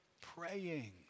praying